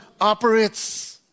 operates